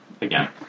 again